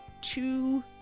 two